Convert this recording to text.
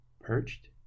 perched